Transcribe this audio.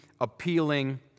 appealing